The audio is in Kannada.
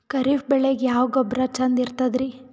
ಖರೀಪ್ ಬೇಳಿಗೆ ಯಾವ ಗೊಬ್ಬರ ಚಂದ್ ಇರತದ್ರಿ?